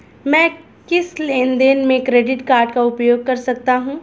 मैं किस लेनदेन में क्रेडिट कार्ड का उपयोग कर सकता हूं?